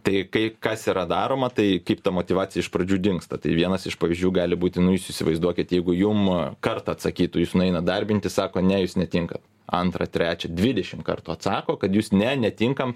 tai kai kas yra daroma tai kaip ta motyvacija iš pradžių dingsta tai vienas iš pavyzdžių gali būti nu jūs įsivaizduokit jeigu jum kartą atsakytų jūs nueinat darbintis sako ne jūs netinkat antrą trečią dvidešim kartų atsako kad jūs ne netinkam